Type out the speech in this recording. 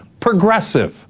progressive